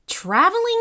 Traveling